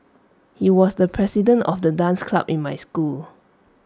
he was the president of the dance club in my school